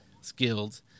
Skilled